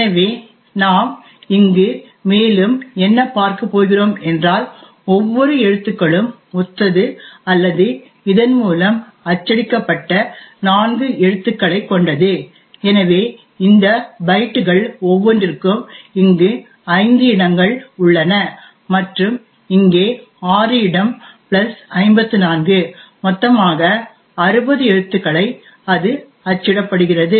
எனவே நாம் இங்கு மேலும் என்ன பார்க்க போகிறோம் என்றால் ஒவ்வொரு எழுத்துக்களும் ஒத்தது அல்லது இதன் மூலம் அச்சடிக்கப்பட்ட 4 எழுத்துக்களை கொண்டது எனவே இந்த பைட்டுகள் ஒவ்வொன்றிற்கும் இங்கு ஐந்து இடங்கள் உள்ளன மற்றும் இங்கே ஆறு இடம் பிளஸ் 54 மொத்தமாக 60 எழுத்துக்களை அது அச்சிடப்படுகிறது